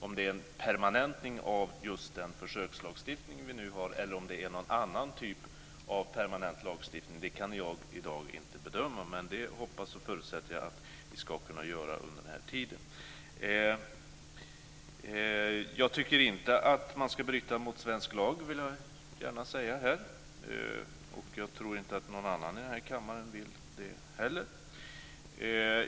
Om det är permanentning av just den försökslagstiftning vi nu har eller om det är någon annan typ av permanent lagstiftning kan jag i dag inte bedöma. Men det hoppas och förutsätter jag att vi ska kunna göra under den här tiden. Jag tycker inte att man ska bryta mot svensk lag. Det vill jag gärna säga här. Jag tror inte att någon annan i den här kammaren vill det heller.